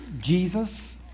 Jesus